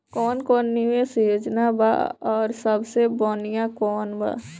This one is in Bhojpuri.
कवन कवन निवेस योजना बा और सबसे बनिहा कवन बा?